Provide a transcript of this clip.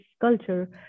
culture